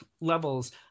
levels